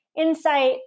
insight